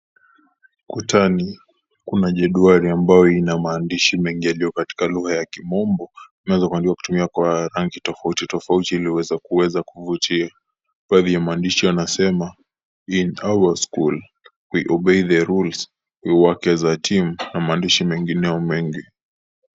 Kutani kuna jedwali ambayo ina maandishi mengi yaliyo katika lugha ya kimombo imeweza kuandikwa kutumia kwa rangi tofauti tofauti ili yaweze kuweza kuvutia , baadhi ya mandishi yanasema in our school we obey the rules, we work as a team na maandishi mengineo mengi .